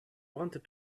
wanted